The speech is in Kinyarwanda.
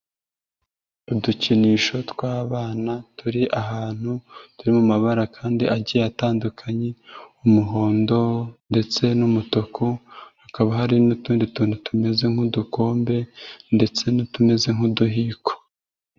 Udukinisho tw'abana turi ahantu turi mu mabara kandi agiye atandukanye, umuhondo ndetse n'umutuku, hakaba hari n'utundi tuntu tumeze nk'udukombe ndetse n'utumeze nk'uduhiko.